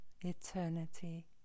eternity